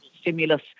stimulus